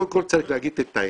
קודם כל צריך להגיד את האמת,